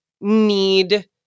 need